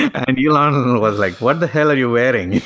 and elon and and was like, what the hell are you wearing?